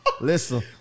Listen